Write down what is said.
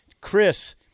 Chris